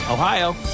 Ohio